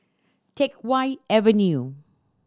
Teck Whye Avenue